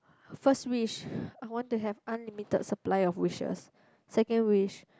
first wish I want to have unlimited supply of wishes second wish